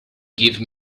give